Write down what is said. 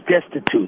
destitute